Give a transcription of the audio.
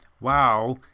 wow